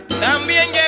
También